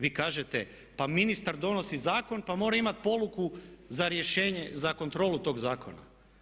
Vi kažete pa ministar donosi zakon, pa mora imati poluku za rješenje, za kontrolu tog zakona.